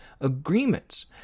agreements